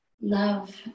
love